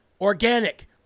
organic